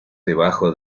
debajo